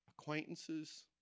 acquaintances